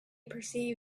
perceived